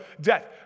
death